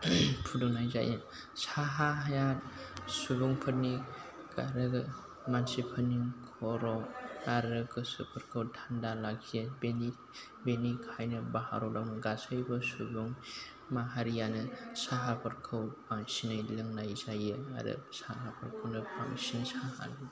फुदुंनाय जायो साहाया सुबुंफोरनि गारारा मानसिफोरनि खर' आरो गोसोफोरखौ थान्दा लाखियो बेनि बेनिखायनो भारतआव गासैबो सुबुं माहारियानो साहाफोरखौ बांसिनै लोंनाय जायो आरो साहाफोरखौनो बांसिन साहा